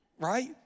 right